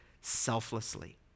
selflessly